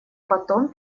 потом